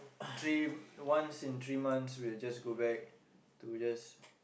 three once in three months we'll just go back to just